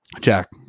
Jack